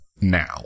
now